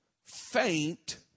Faint